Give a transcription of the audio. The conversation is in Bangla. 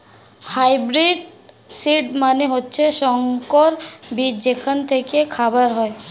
হাইব্রিড সিড মানে হচ্ছে সংকর বীজ যেখান থেকে খাবার হয়